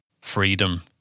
freedom